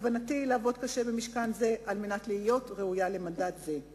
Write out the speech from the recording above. ובכוונתי לעבוד קשה במשכן זה על מנת להיות ראויה למנדט זה.